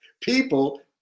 People